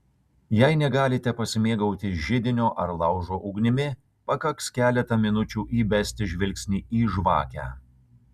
jei negalite pasimėgauti židinio ar laužo ugnimi pakaks keletą minučių įbesti žvilgsnį į žvakę